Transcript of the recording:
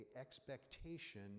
expectation